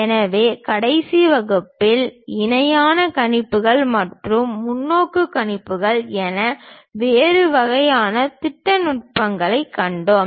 எனவே கடைசி வகுப்பில் இணையான கணிப்புகள் மற்றும் முன்னோக்கு கணிப்புகள் என வேறு வகையான திட்ட நுட்பங்களைக் கண்டோம்